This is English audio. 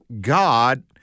God